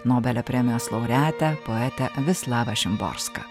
nobelio premijos laureatę poetę vislavą šimborską